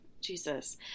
Jesus